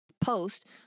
post